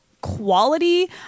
quality